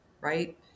right